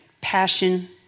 passion